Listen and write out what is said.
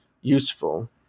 useful